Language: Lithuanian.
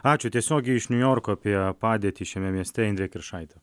ačiū tiesiogiai iš niujorko apie padėtį šiame mieste indrė kiršaitė